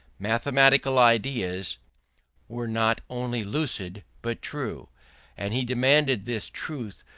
mathematical ideas were not only lucid but true and he demanded this truth,